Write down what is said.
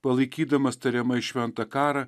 palaikydamas tariamai šventą karą